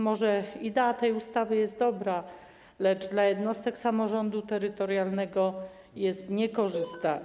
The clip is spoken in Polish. Może idea tej ustawy jest dobra, lecz dla jednostek samorządu terytorialnego jest ona niekorzystna.